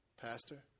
pastor